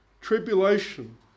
Tribulation